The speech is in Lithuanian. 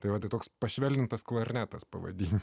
tai va toks pašvelnintas klarnetas pavadinimu